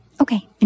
Okay